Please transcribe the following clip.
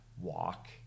walk